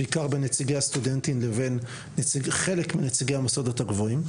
בעיקר בין נציגי הסטודנטים לבין חלק מנציגי המוסדות הגבוהים.